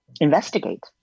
investigate